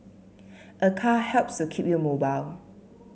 a car helps to keep you mobile